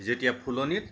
যেতিয়া ফুলনিত